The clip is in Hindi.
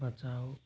बचाओ